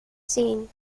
scene